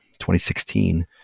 2016